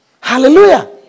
Hallelujah